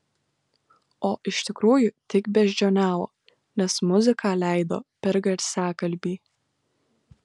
o iš tikrųjų tik beždžioniavo nes muziką leido per garsiakalbį